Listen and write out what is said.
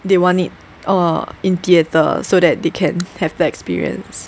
they want it err in theatre so that they can have the experience